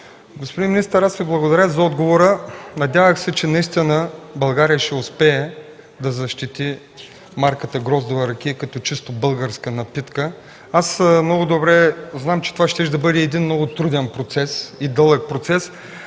Господин министър, аз Ви благодаря за отговора. Надявах се, че наистина България ще успее да защити марката „Гроздова ракия” като чисто българска напитка. Аз много добре знам, че това щеше да бъде един много труден процес, дълъг процес.